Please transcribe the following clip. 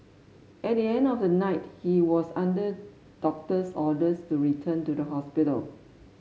at the end of the night he was under doctor's orders to return to the hospital